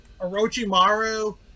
Orochimaru